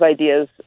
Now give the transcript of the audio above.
ideas